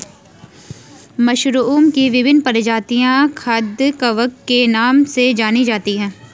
मशरूमओं की विभिन्न प्रजातियां खाद्य कवक के नाम से जानी जाती हैं